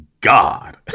God